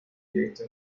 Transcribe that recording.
directo